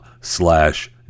slash